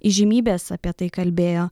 įžymybės apie tai kalbėjo